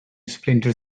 splinter